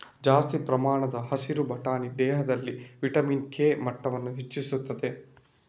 ಜಾಸ್ತಿ ಪ್ರಮಾಣದ ಹಸಿರು ಬಟಾಣಿ ದೇಹದಲ್ಲಿ ವಿಟಮಿನ್ ಕೆ ಮಟ್ಟವನ್ನ ಹೆಚ್ಚಿಸ್ತದೆ